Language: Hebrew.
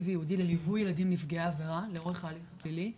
וייעודי לליווי ילדים נפגעי עבירה לאורך ההליך הפלילי,